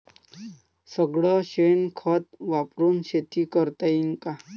सगळं शेन खत वापरुन शेती करता येईन का?